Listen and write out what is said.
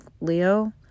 Leo